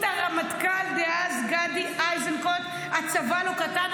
הרמטכ"ל דאז גדי איזנקוט הצבא לא קטן,